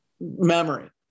memory